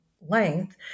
length